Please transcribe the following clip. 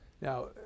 Now